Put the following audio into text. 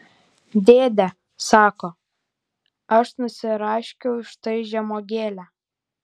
dėde sako aš nusiraškiau štai žemuogėlę